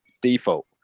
default